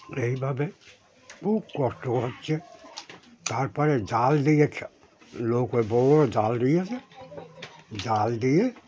এইভাবে খুব কষ্ট হচ্ছে তারপরে জাল দিয়ে লোক ওই বড় বড় জাল দিয়েছে জাল দিয়ে